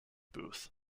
booth